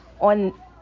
on